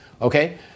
Okay